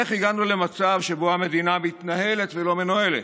איך הגענו למצב שבו המדינה מתנהלת ולא מנוהלת?